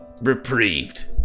reprieved